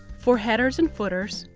for headers and footers,